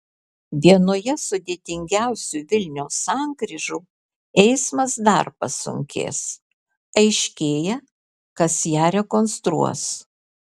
vienoje sudėtingiausių vilniaus sankryžų eismas dar pasunkės aiškėja kas ją rekonstruos